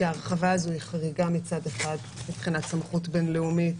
שההרחבה הזו היא חריגה מצד אחד מבחינת סמכות בין-לאומית